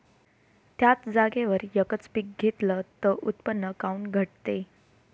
थ्याच जागेवर यकच पीक घेतलं त उत्पन्न काऊन घटते?